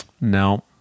No